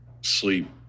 sleep